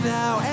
now